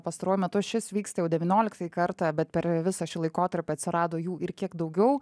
pastaruoju metu šis vyksta jau devynioliktą kartą bet per visą šį laikotarpį atsirado jų ir kiek daugiau